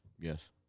Yes